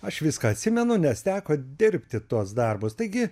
aš viską atsimenu nes teko dirbti tuos darbus taigi